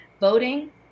voting